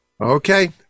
okay